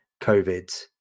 COVID